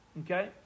okay